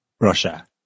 Russia